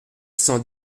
cent